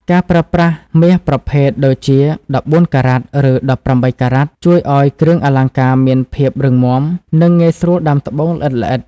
ការប្រើប្រាស់មាសប្រភេទ (ដូចជា ១៤ការ៉ាត់ ឬ ១៨ការ៉ាត់) ជួយឱ្យគ្រឿងអលង្ការមានភាពរឹងមាំ និងងាយស្រួលដាំត្បូងល្អិតៗ។